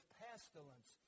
pestilence